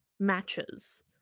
Matches